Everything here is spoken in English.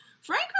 Frank